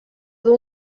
dur